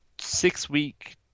six-week